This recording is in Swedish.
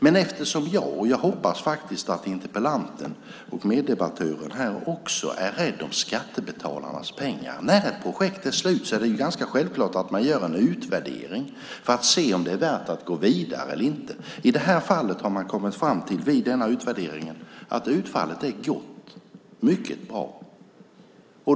Jag är rädd om skattebetalarnas pengar - det hoppas jag att interpellanten och meddebattören också är. När ett projekt är slut är det ganska självklart att man gör en utvärdering för att se om det är värt att gå vidare eller inte. I det här fallet har man vid utvärderingen kommit fram till att utfallet är mycket gott.